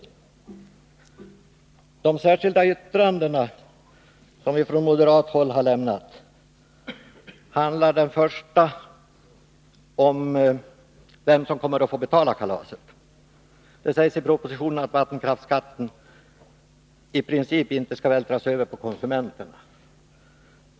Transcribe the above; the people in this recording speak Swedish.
Av de särskilda yttranden som vi har lämnat handlar det första om vem 179 som kommer att få betala kalaset. Det sägs i propositionen att vattenkraftsskatten i princip inte skall vältras över på konsumenterna.